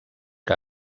que